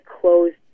closed